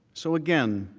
so again,